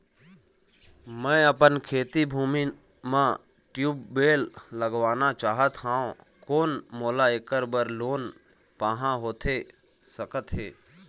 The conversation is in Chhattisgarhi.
मैं अपन खेती भूमि म ट्यूबवेल लगवाना चाहत हाव, कोन मोला ऐकर बर लोन पाहां होथे सकत हे?